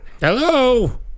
Hello